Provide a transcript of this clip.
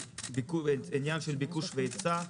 זה עניין של ביקוש והיצע,